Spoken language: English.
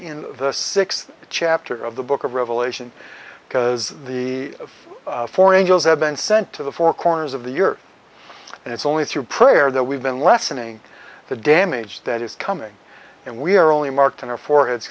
in the sixth chapter of the book of revelation because the four angels have been sent to the four corners of the year and it's only through prayer that we've been lessening the damage that is coming and we are only marked in our forehead